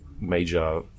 major